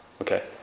Okay